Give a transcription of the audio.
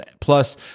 plus